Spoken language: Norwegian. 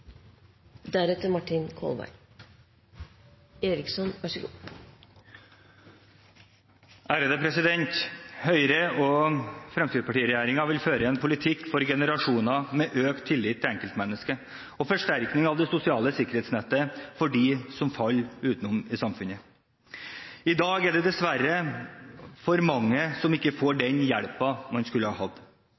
vil føre en politikk for generasjoner, med økt tillit til enkeltmennesket og en forsterkning av det sosiale sikkerhetsnettet for dem som faller utenfor i samfunnet. I dag er det dessverre for mange som ikke får den hjelpen de skulle ha hatt.